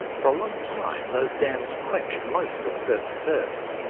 for a long time those dams quenched most of perth's thirst.